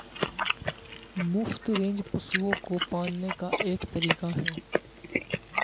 मुफ्त रेंज पशुओं को पालने का एक तरीका है